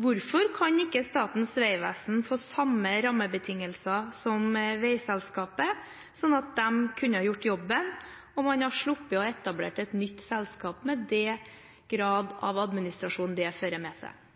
Hvorfor kan ikke Statens vegvesen få samme rammebetingelser som veiselskapet, sånn at de kunne ha gjort jobben og man hadde sluppet å etablere et nytt selskap, med den grad av administrasjon det fører med seg?